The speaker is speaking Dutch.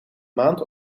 maand